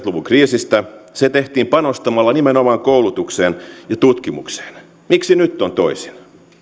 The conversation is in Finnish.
luvun kriisistä se tehtiin panostamalla nimenomaan koulutukseen ja tutkimukseen miksi nyt on toisin